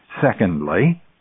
Secondly